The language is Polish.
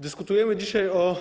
Dyskutujemy dzisiaj o